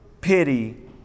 pity